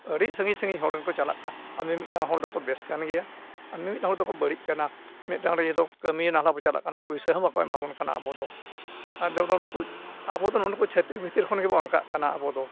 ᱟᱹᱰᱤ ᱥᱟᱺᱜᱤᱧ ᱥᱟᱺᱜᱤᱧ ᱦᱚᱲ ᱜᱮᱠᱚ ᱪᱟᱞᱟᱜᱼᱟ ᱠᱟᱱᱟ ᱟᱨ ᱢᱤᱢᱤᱫᱴᱟᱝ ᱦᱚᱲ ᱫᱚᱠᱚ ᱵᱮᱥ ᱠᱟᱱ ᱜᱮᱭᱟ ᱢᱤᱢᱤᱫ ᱦᱚᱲ ᱫᱚᱠᱚ ᱵᱟᱹᱲᱤᱡ ᱠᱟᱱᱟ ᱢᱤᱫ ᱦᱚᱲ ᱤᱭᱟᱹ ᱫᱚ ᱠᱟᱹᱢᱤ ᱱᱟᱞᱦᱟ ᱵᱚᱱ ᱪᱟᱞᱟᱜ ᱠᱟᱱᱟ ᱯᱚᱭᱥᱟ ᱦᱚᱸ ᱵᱟᱠᱚ ᱮᱢᱟᱵᱚᱱ ᱠᱟᱱᱟ ᱟᱵᱚ ᱫᱚ ᱱᱩᱠᱩ ᱟᱵᱚ ᱫᱚ ᱱᱩᱠᱩ ᱪᱷᱟᱹᱛᱤᱠ ᱵᱷᱤᱛᱤᱨ ᱠᱷᱚᱱ ᱜᱮᱵᱚᱱ ᱚᱱᱠᱟᱜ ᱠᱟᱱᱟ ᱟᱵᱚ ᱫᱚ